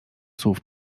słów